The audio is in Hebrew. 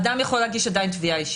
אדם יכול להגיש עדיין תביעה אישית.